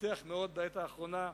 שהתפתח מאוד בעת האחרונה,